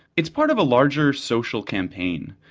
it's part of a larger social campaign.